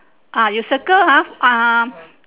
ah you circle uh ah